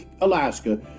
Alaska